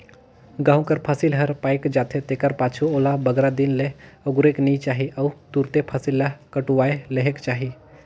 गहूँ कर फसिल हर पाएक जाथे तेकर पाछू ओला बगरा दिन ले अगुरेक नी चाही अउ तुरते फसिल ल कटुवाए लेहेक चाही